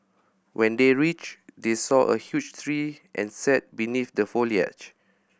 when they reached they saw a huge tree and sat beneath the foliage